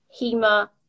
Hema